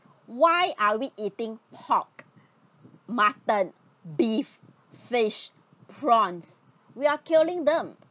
why are we eating pork mutton beef fish prawns we are killing them